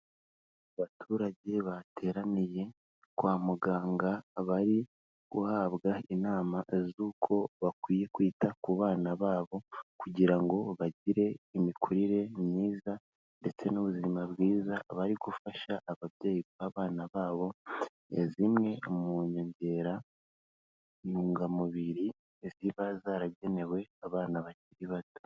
Abaturage bateraniye kwa muganga bari guhabwa inama z'uko bakwiye kwita ku bana babo kugira ngo bagire imikurire myiza ndetse n'ubuzima bwiza, abari gufasha ababyeyi abana babo zimwe mu nyongerantungamubiri ziba zaragenewe abana bakiri bato.